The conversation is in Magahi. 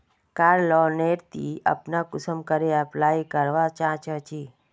कार लोन नेर ती अपना कुंसम करे अप्लाई करवा चाँ चची?